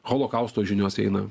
holokausto žinios eina